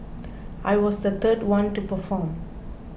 I was the third one to perform